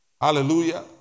Hallelujah